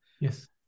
yes